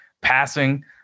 passing